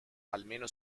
almeno